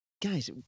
Guys